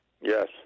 yes